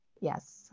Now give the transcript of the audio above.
yes